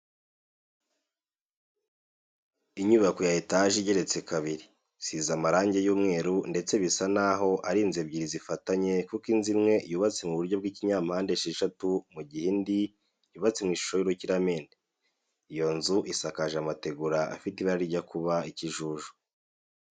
Inyubako ya etaje igeretse kabiri, isize amarange y'umweru ndetse bisa n'aho ari inzu ebyiri zifatanye kuko inzu imwe yubatse mu buryo bw'ikinyampande esheshatu mu gihe indi yubatse mu ishusho y'urukiramende, iyo nzu isakaje amategura afite ibara rijya kuba ikijuju.